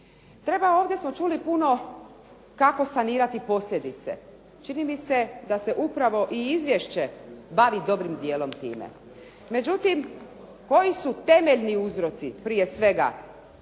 Treba, ovdje smo čuli puno kako sanirati posljedice. Čini mi se da se upravo i izvješće bavi dobrim djelom time. Međutim, koji su temeljni uzroci prije svega